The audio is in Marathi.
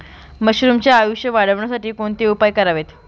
मशरुमचे आयुष्य वाढवण्यासाठी कोणते उपाय करावेत?